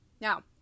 Now